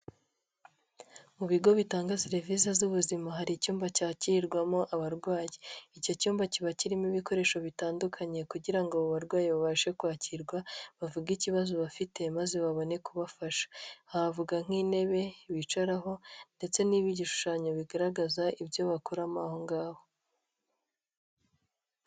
Mu bigo bitanga serivisi z'ubuzima hari icyumba cyakirirwamo abarwayi, icyo cyumba kiba kirimo ibikoresho bitandukanye kugira ngo abo barwayi babashe kwakirwa, bavuge ikibazo bafite maze babone kubafasha, twavuga nk'intebe bicaraho ndetse niba igishushanyo bigaragaza ibyo bakoramo aho ngaho.